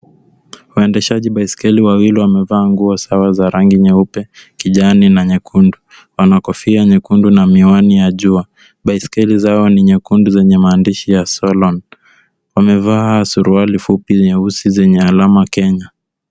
Waendeshaji baiskeli wawili wamevaa nguo sawa za rangi nyeupe, kijani na nyekundu. Wanakofia nyekundu na miwani ya jua. Baiskeli zao ni nyekundu zenye maandishi ya Solon. Wamevaa suruali fupi zenye uzi zenye alama Kenya.